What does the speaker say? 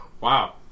Wow